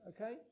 okay